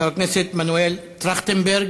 חבר הכנסת מנואל טרכטנברג,